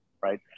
right